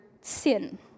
sin